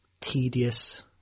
tedious